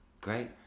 great